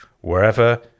wherever